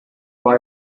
war